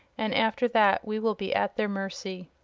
and after that we will be at their mercy.